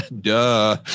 duh